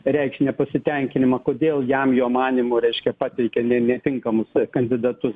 reiškt nepasitenkinimą kodėl jam jo manymu reiškia pateikė ne netinkamus kandidatus